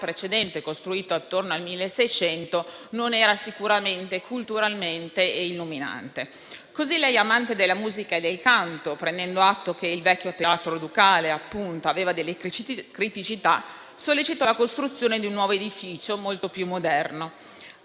precedente costruito intorno al 1600 non era sicuramente culturalmente illuminante. Così lei, amante della musica e del canto, prendendo atto che il vecchio Teatro Ducale aveva delle criticità, sollecitò la costruzione di un nuovo edificio molto più moderno.